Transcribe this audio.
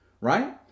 right